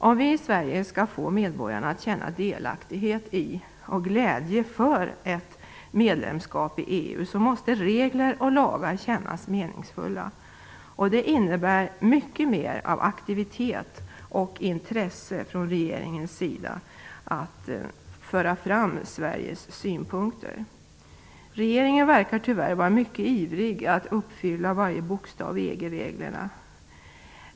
Om vi i Sverige skall få medborgarna att känna delaktighet i och glädje för ett medlemskap i EU måste regler och lagar kännas meningsfulla. Det innebär mycket mer av aktivitet och intresse från regeringens sida att föra fram Sveriges synpunkter. Regeringen verkar tyvärr vara mycket ivrig att uppfylla varje bokstav i EG-reglerna.